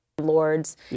Lords